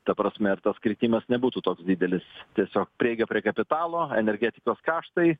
ta prasme ir tas kritimas nebūtų toks didelis tiesiog prieiga prie kapitalo energetikos kaštai